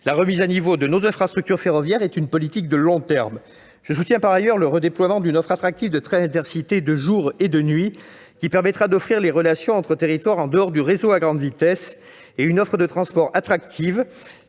La remise à niveau de nos infrastructures ferroviaires est une politique de long terme. Je soutiens par ailleurs le redéploiement d'une offre attractive de trains Intercités de jour et de nuit qui permettra des relations entre territoires en dehors du réseau à grande vitesse. Il nous faut aussi proposer une offre de transport attractive